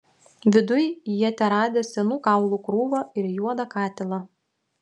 viduj jie teradę senų kaulų krūvą ir juodą katilą